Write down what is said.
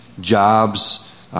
jobs